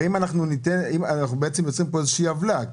אנחנו בעצם יוצרים כאן איזושהי עוולה.